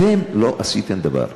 אתם לא עשיתם דבר.